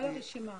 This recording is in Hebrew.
כל הרשימה.